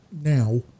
now